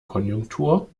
konjunktur